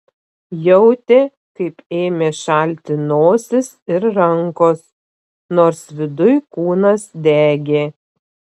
jautė kaip ėmė šalti nosis ir rankos nors viduj kūnas degė